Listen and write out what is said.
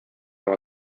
oma